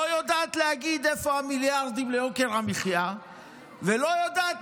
לא יודעת להגיד איפה המיליארדים ליוקר המחיה ולא יודעת